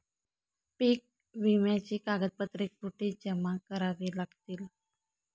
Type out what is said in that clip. पीक विम्याची कागदपत्रे कुठे जमा करावी लागतील?